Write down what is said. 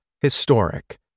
Historic